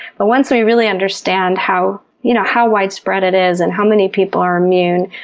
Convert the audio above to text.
but once we really understand how you know how widespread it is and how many people are immune,